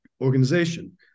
organization